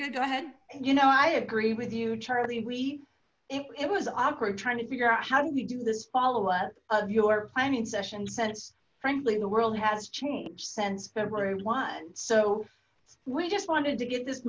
good go ahead you know i agree with you charlie we it was awkward trying to figure out how do we do this follow up of your planning session since frankly the world has since february one so we just wanted to get this